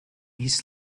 his